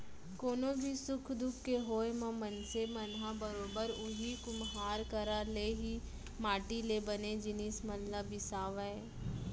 कोनो भी सुख दुख के होय म मनसे मन ह बरोबर उही कुम्हार करा ले ही माटी ले बने जिनिस मन ल बिसावय